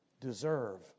deserve